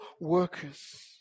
workers